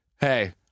hey